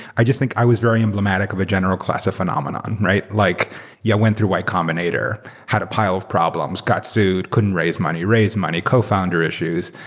i just think i was very emblematic of a general class of phenomenon. i like yeah went through y combinator. had a pile of problems, got sued, couldn't raise money, raise money, cofounder issues,